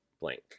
blank